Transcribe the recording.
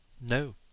No